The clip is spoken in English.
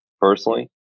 Personally